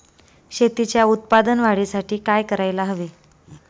शेतीच्या उत्पादन वाढीसाठी काय करायला हवे?